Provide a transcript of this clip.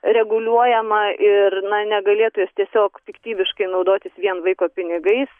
reguliuojama ir na negalėtų jos tiesiog piktybiškai naudotis vien vaiko pinigais